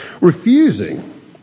refusing